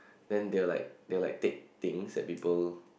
then they're like they're like take things that people